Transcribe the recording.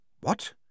What